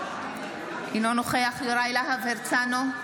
אינו נוכח יוראי להב הרצנו,